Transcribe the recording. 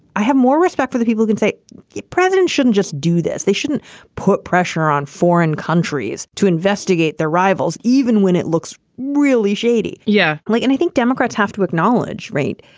i have more respect for the people can say the president shouldn't just do this. they shouldn't put pressure on foreign countries to investigate their rivals even when it looks really shady. yeah. like and i think democrats have to acknowledge. right.